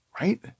right